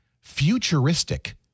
Futuristic